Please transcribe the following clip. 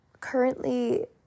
currently